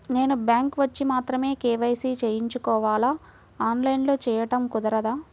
నేను బ్యాంక్ వచ్చి మాత్రమే కే.వై.సి చేయించుకోవాలా? ఆన్లైన్లో చేయటం కుదరదా?